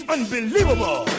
Unbelievable